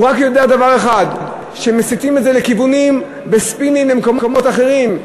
הוא רק יודע דבר אחד: שמסיטים את זה לכיוונים וספינים למקומות אחרים.